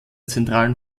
zentralen